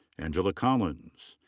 angela collins.